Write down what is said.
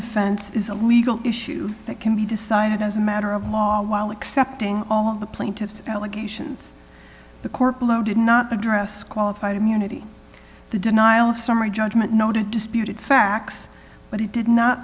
defense is a legal issue that can be decided as a matter of law while accepting all the plaintiffs allegations the corp lho did not address qualified immunity the denial of summary judgment noted disputed facts but he did not